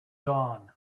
dawn